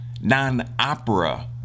non-opera